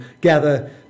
gather